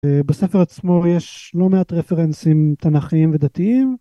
בספר עצמו יש לא מעט רפרנסים תנכיים ודתיים.